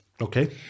Okay